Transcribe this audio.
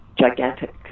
gigantic